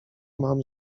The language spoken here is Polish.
mam